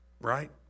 right